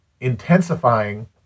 intensifying